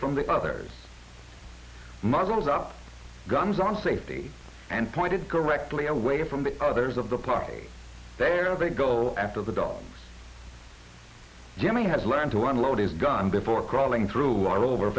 from the others muddled up guns on safety and pointed correctly away from the others of the party there they go after the dollar jimmy has learned to unload his gun before crawling through are over